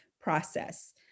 process